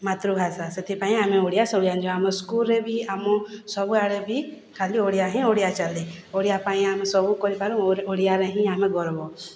ମାତୃଭାଷା ସେଥିପାଇଁ ଆମେ ଓଡ଼ିଆ ସବୁ ଜାଣିଛୁ ଆମ ସ୍କୁଲ୍ରେ ବି ଆମ ସବୁଆଡେ ବି ଖାଲି ଓଡ଼ିଆ ହିଁ ଓଡ଼ିଆ ଚାଲେ ଓଡ଼ିଆ ପାଇଁ ଆମେ ସବୁ କରିପାରୁ ଓଡ଼ିଆରେ ହିଁ ଆମର ଗର୍ବ